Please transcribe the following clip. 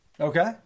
Okay